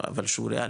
אבל שהוא ריאלי.